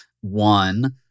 one